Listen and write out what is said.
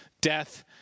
death